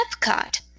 EPCOT